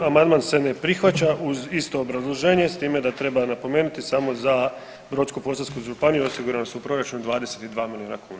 Amandman se ne prihvaća uz isto obrazloženje, s time da treba napomenuti samo za Brodsko-posavsku županiju osigurana su u proračunu 22 milijuna kuna.